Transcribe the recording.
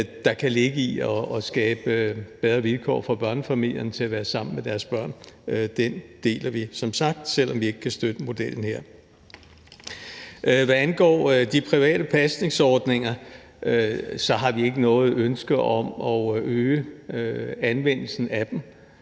der kan ligge i at skabe bedre vilkår for børnefamilierne til at være sammen med deres børn, deler vi som sagt, selv om vi ikke kan støtte modellen her. Hvad angår de private pasningsordninger, har vi ikke noget ønske om at øge anvendelsen af dem.